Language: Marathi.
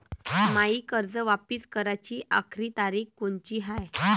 मायी कर्ज वापिस कराची आखरी तारीख कोनची हाय?